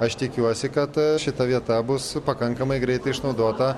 aš tikiuosi kad šita vieta bus pakankamai greitai išnaudota